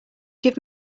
give